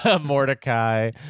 Mordecai